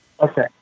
Okay